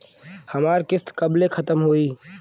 हमार किस्त कब ले खतम होई?